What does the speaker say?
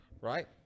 right